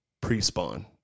pre-spawn